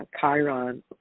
Chiron